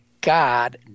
God